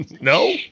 No